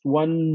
one